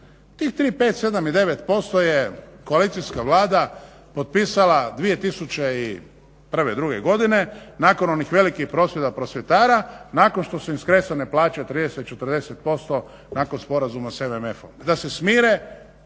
Tih 3, 5, 7 i 9 posto je koalicijska Vlada potpisala 2001., druge godine nakon onih velikih prosvjeda prosvjetara, nakon što su im skresane plaće 30, 40% nakon sporazuma sa MMF-om.